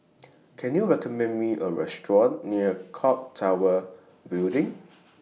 Can YOU recommend Me A Restaurant near Clock Tower Building